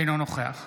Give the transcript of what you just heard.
אינו נוכח